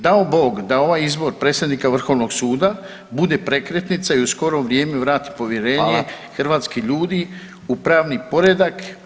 Dao Bog da ovaj izbor predsjednika Vrhovnog suda bude prekretnica i u skoro vrijeme vrati povjerenje [[Upadica: Hvala.]] hrvatskih ljudi u pravni poredak.